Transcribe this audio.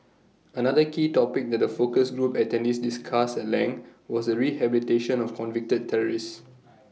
another key topic that the focus group attendees discussed at length was the rehabilitation of convicted terrorists